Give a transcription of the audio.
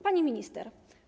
Pani Minister!